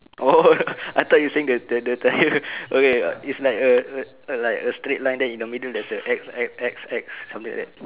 oh I thought you saying the the the the tyre okay is like a a like a straight line then in the middle there is a X X X X something like that